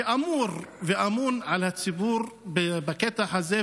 שאמון על הציבור בקטע הזה,